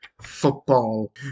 football